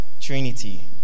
Trinity